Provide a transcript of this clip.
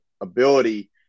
ability